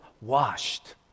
washed